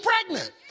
pregnant